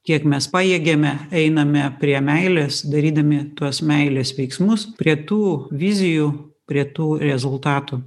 kiek mes pajėgiame einame prie meilės darydami tuos meilės veiksmus prie tų vizijų prie tų rezultatų